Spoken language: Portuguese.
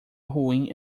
ruim